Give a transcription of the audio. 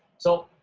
so,